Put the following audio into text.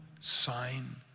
sign